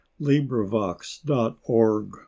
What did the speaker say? LibriVox.org